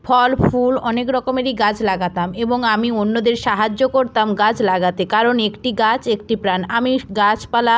ফল ফুল অনেক রকমেরই গাছ লাগাতাম এবং আমি অন্যদের সাহায্য করতাম গাছ লাগাতে কারণ একটি গাছ একটি প্রাণ আমি গাছপালা